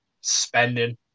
spending